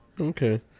Okay